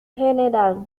general